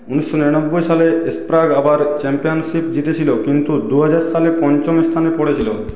ঊনিশশো নিরানব্বই সালে স্প্রাগ আবার চ্যাম্পিয়নশিপ জিতেছিল কিন্তু দু হাজার সালে পঞ্চম স্থানে পড়েছিল